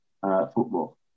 football